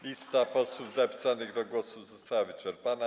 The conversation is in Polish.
Lista posłów zapisanych do głosu została wyczerpana.